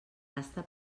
basta